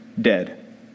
dead